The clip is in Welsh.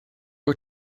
wyt